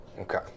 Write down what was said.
Okay